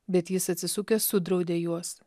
bet jis atsisukęs sudraudė juos